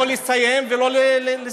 לא נותנים לא לסיים ולא לגמור.